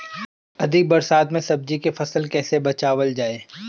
अधिक बरसात में सब्जी के फसल कैसे बचावल जाय?